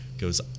goes